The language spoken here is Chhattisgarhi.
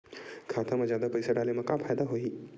खाता मा जादा पईसा डाले मा का फ़ायदा होही?